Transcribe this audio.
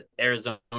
Arizona